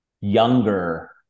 younger